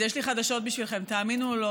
אז יש לי חדשות בשבילכם: תאמינו או לא,